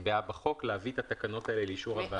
שנקבעה בחוק להביא את התקנות האלה לאישור הוועדה.